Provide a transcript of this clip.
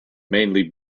mainly